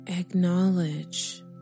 Acknowledge